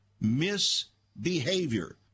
Misbehavior